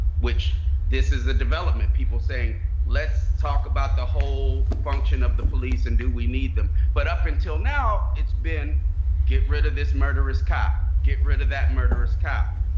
which this is a development. people saying let's talk about the whole function of the police, and do we need them? but up until now, it's been get rid of this murderous cop. get rid of that murderous cop.